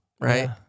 right